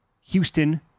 Houston